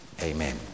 Amen